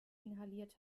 inhaliert